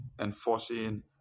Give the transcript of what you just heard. Enforcing